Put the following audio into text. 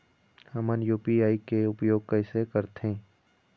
हमन यू.पी.आई के उपयोग कैसे करथें?